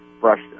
brushed